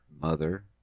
mother